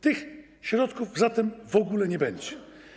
Tych środków zatem w ogóle nie będzie.